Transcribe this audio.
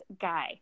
guy